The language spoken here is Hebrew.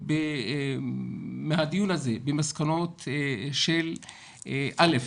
מהדיון הזה עם מסקנות של א.